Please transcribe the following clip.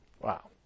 wow